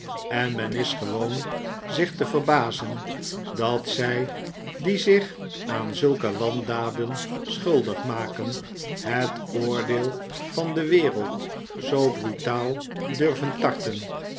en men is gewoon zich te verbazen dat zij die zich aan zulke wandaden sehuldig maken het oordeel van de wereld zoo brutaal durven tarten